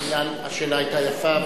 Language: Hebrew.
אילן, השאלה היתה יפה.